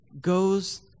Goes